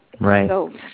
Right